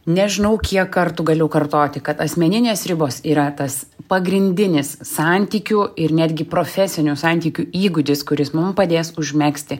nežinau kiek kartų galiu kartoti kad asmeninės ribos yra tas pagrindinis santykių ir netgi profesinių santykių įgūdis kuris mum padės užmegzti